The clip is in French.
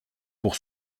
pour